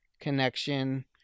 connection